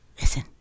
listen